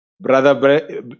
Brother